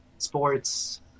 Sports